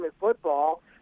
football